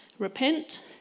Repent